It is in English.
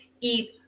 eat